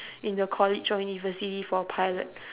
in the college or university for pilot